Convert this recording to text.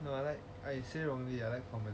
no I like I say wrongly I like comedy